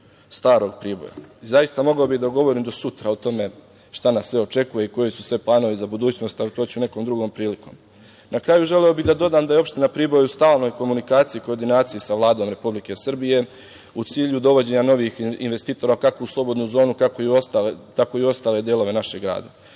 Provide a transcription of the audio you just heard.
starog Priboja. Zaista, mogao bih da govorim do sutra o tome šta nas sve očekuje i koji su sve planovi za budućnost, ali to ću nekom drugom prilikom. Na kraju, želeo bih da dodam da je opština Priboj u stalnoj komunikaciji i koordinaciji sa Vladom Republike Srbije u cilju dovođenja novih investitora kako u slobodnu zonu, tako i u ostale delove našeg